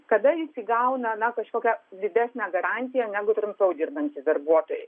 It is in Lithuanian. kada jis įgauna na kažkokią didesnę garantiją negu trumpiau dirbantys darbuotojai